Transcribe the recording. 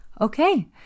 Okay